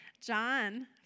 John